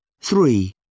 Three